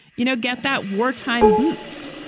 you know, get that wartime boost?